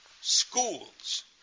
schools